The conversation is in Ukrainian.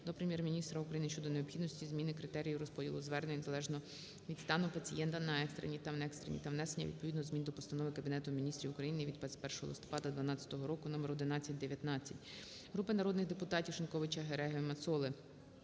до Прем'єр-міністра України щодо необхідності зміни критеріїв розподілу звернень залежно від стану пацієнта на екстрені та неекстрені та внесення відповідних змін до Постанови Кабінету Міністрів України від 21 листопада 12 року № 1119. Групи народних депутатів (Шиньковича, Гереги, Мацоли)